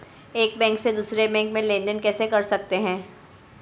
एक बैंक से दूसरे बैंक में लेनदेन कैसे कर सकते हैं?